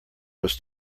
was